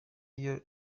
iya